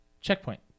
checkpoint